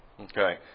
Okay